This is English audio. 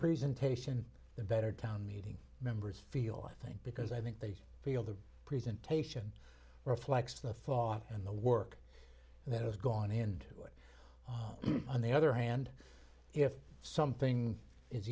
presentation the better town meeting members feel i think because i think they feel the presentation reflects the thought and the work that has gone and worked on the other hand if something is